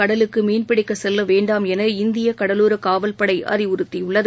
கடலுக்குமீன்பிடிக்கச் செல்லவேண்டாம் எனஇந்தியகடலோரகாவல் படைஅறிவுறுத்தியுள்ளது